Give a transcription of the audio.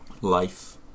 life